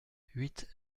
huit